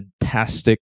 fantastic